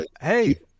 Hey